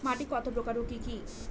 মাটি কতপ্রকার ও কি কী?